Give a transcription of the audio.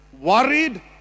Worried